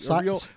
real